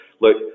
look